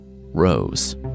rose